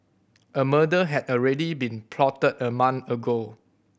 a murder had already been plotted a month ago